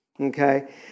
Okay